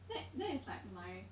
th~ that is like my